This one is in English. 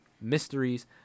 mysteries